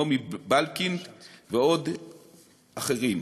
נעמן בלקינד ואחרים.